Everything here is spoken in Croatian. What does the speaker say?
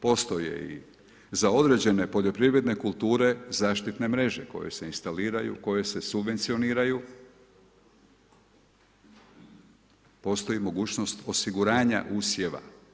Postoje i za određene poljoprivredne kulture zaštitne mreže koje se instaliraju, koje se subvencioniraju, postoji mogućnost osiguranja usjeva.